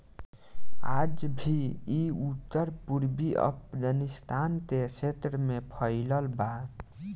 आज भी इ उत्तर पूर्वी अफगानिस्तान के क्षेत्र में फइलल बा